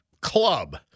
club